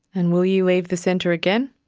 and will you leave the centre again?